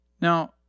Now